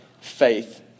faith